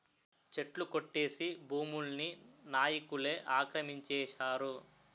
చెట్లు కొట్టేసి భూముల్ని నాయికులే ఆక్రమించేశారు